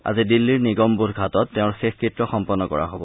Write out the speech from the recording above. আজি দিল্লীৰ নিগমবোধ ঘাটত তেওঁৰ শেষকৃত্য সম্পন্ন কৰা হব